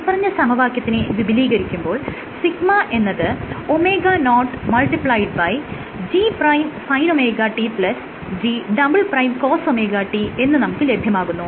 മേല്പറഞ്ഞ സമവാക്യത്തിനെ വിപുലീകരിക്കുകമ്പോൾ σ എന്നത് γ0G'SinωtG"Cosωt എന്ന് നമുക്ക് ലഭ്യമാകുന്നു